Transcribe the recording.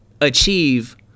achieve